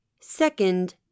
Second